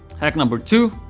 hack number two,